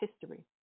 history